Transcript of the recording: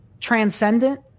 transcendent